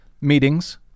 Meetings